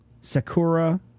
Sakura